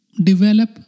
develop